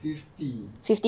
fifty